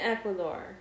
Ecuador